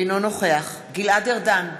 אינו נוכח גלעד ארדן,